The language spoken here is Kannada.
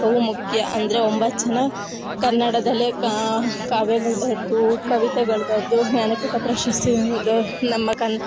ಬಹುಮುಖ್ಯ ಅಂದರೆ ಒಂಬತ್ತು ಜನ ಕನ್ನಡದಲ್ಲಿ ಕಾವ್ಯಗಳು ಬರೆದು ಕವಿತೆಗಲು ಬರೆದು ಜ್ಞಾನಪೀಠ ಪ್ರಶಸ್ತಿಯನ್ನು ನಮ್ಮ ಕನ್ನಡ